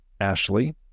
Ashley